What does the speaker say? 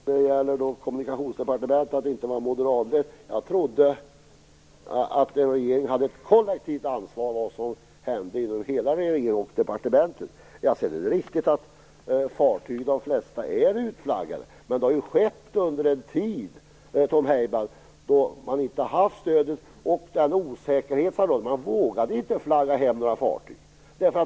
Fru talman! Tom Heyman påpekar att Kommunikationsdepartementet inte var moderatlett. Jag trodde att en regering hade ett kollektivt ansvar för vad som händer inom alla områden och departement. Det är riktigt att de flesta fartyg är utflaggade, men denna utflaggning har skett under en tid då man inte har haft stöd. Med den osäkerhet som har rått vågade man heller inte flagga hem några fartyg.